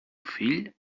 fill